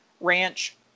ranch